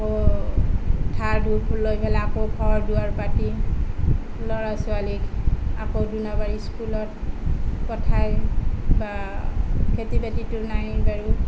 আকৌ ধাৰ ধুপ লৈ পেলাই আকৌ ঘৰ দুৱাৰ পাতি ল'ৰা ছোৱালীক আকৌ স্কুলত পঠাই বা খেতি বাতিতো নাই বাৰু